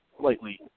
slightly